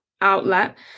outlet